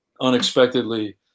unexpectedly